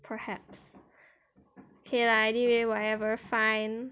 perhaps K lah anyway whatever fine